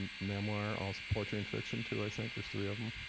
memoir also, poetry and fiction, too, i think. there's three of em.